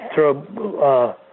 throw